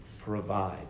Provide